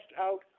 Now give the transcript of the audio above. out